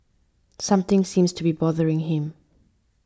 something seems to be bothering him